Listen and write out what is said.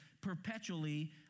perpetually